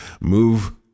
move